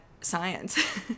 science